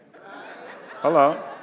Hello